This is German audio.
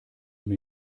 mir